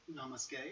namaste